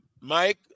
Mike